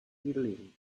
healing